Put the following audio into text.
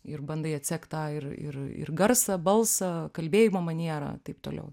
ir bandai atsekt tą ir ir ir garsą balsą kalbėjimo manierą taip toliau